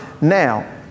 Now